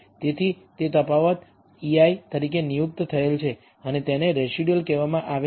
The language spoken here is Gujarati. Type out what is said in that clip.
તેથી તે તફાવત ei તરીકે નિયુક્ત થયેલ છે અને તેને રેસિડયુઅલ કહેવામાં આવે છે